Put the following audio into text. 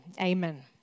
Amen